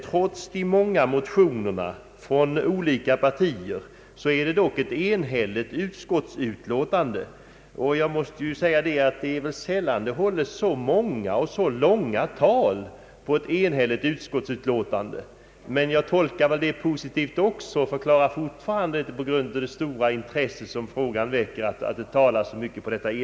Trots de många motionerna från olika partier är utskottsutlåtandet enhälligt. Det är sällan som det hålls så många och så långa tal om ett enhälligt utskottsutlåtande. Men jag tolkar också detta positivt och förklarar att det beror på det stora intresse frågan väckt.